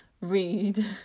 read